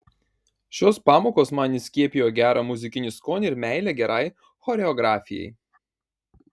šios pamokos man įskiepijo gerą muzikinį skonį ir meilę gerai choreografijai